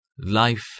Life